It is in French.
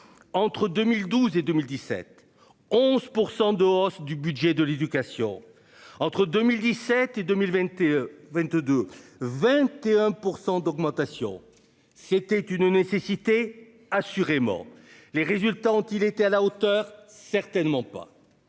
Entre 2012 et 2017 11 % de hausse du budget de l'Éducation. Entre 2017 et 2021, 22 21 % d'augmentation. C'était une nécessité. Assurément, les résultats ont il était à la hauteur. Certainement pas.